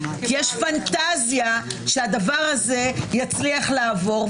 כי יש פנטזיה שהדבר הזה יצליח לעבור.